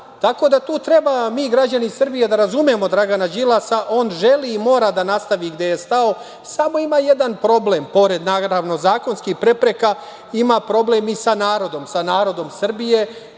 da tu treba, mi građani Srbije da razumemo Dragana Đilasa, on želi i mora da nastavi gde je stao, samo ima jedan problem pored naravno zakonskih prepreka, ima problem i sa narodom. Sa narodom Srbije